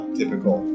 typical